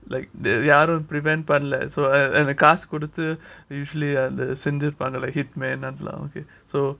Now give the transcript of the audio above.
like the யாரும்:yaarum prevent பண்ணல:pannala and the காசு குடுத்து:kaasu kuduthu usually அது செஞ்சிருப்பாங்கள:adhu senjirupaangala hitman அதுலாம் வந்து:adhulaam vandhu so